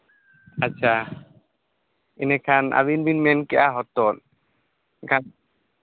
ᱟᱪᱪᱷᱟ ᱤᱱᱟᱹᱠᱷᱟᱱ ᱟᱹᱵᱤᱱ ᱵᱤᱱ ᱢᱮᱱ ᱠᱮᱫᱟ ᱦᱚᱛᱚᱫ ᱮᱱᱠᱷᱟᱱ